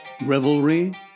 revelry